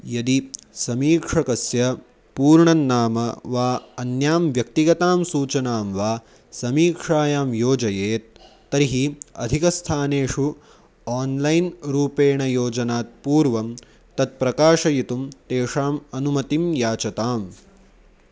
यदि समीक्षकस्य पूर्णन्नाम वा अन्यां व्यक्तिगतां सूचनां वा समीक्षायां योजयेत् तर्हि अधिकस्थानेषु आन्लैन् रूपेणयोजनात् पूर्वं तत्प्रकाशयितुं तेषाम् अनुमतिं याचताम्